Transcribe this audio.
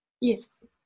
Yes